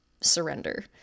surrender